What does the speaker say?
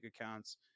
accounts